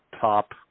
top